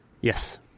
Yes